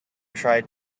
tried